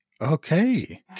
Okay